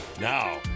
Now